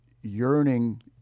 yearning